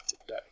Today